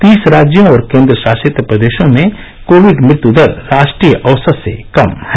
तीस राज्यों और केंद्र शासित प्रदेशों में कोविड मृत्यु दर राष्ट्रीय औसत से कम है